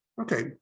Okay